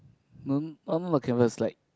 no not not not canvas like